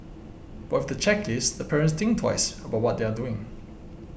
but with the checklist the parents think twice about what they are doing